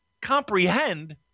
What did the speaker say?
comprehend